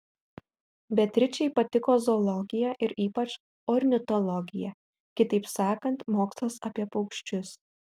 beatričei patiko zoologija ir ypač ornitologija kitaip sakant mokslas apie paukščius